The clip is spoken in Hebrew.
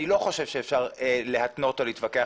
אני לא חושב שאפשר להתנות או להתווכח